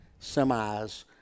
semis